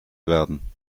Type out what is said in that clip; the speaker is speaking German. werden